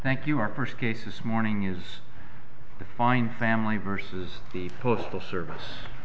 thank you our first case this morning is the fine family versus the postal service